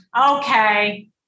okay